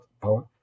power